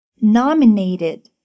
nominated